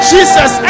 Jesus